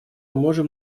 можем